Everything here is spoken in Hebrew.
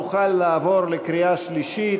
נוכל לעבור לקריאה שלישית.